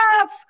enough